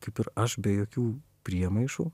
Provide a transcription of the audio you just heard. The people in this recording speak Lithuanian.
kaip ir aš be jokių priemaišų